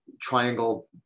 triangle